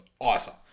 awesome